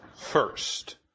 first